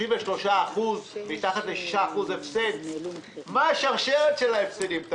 33% עם יותר מ-6% הפסד מה שרשרת ההפסדים?